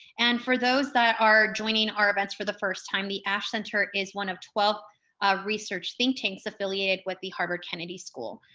and for those that are joining our events for the first time, the ash center is one of twelve research think tanks affiliated with the harvard kennedy school.